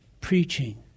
preaching